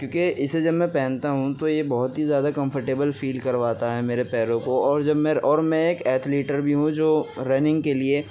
کیونکہ اسے جب میں پہنتا ہوں تو یہ بہت ہی زیادہ کمفرٹیبل فیل کرواتا ہے میرے پیروں کو اور جب میں اور میں ایک ایتھلیٹر بھی ہوں جو رننگ کے لیے